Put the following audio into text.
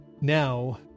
now